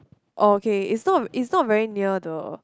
okay it's not it's not very near the